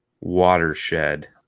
watershed